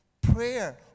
Prayer